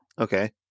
Okay